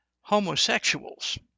homosexuals